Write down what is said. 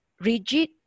rigid